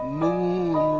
moon